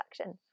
action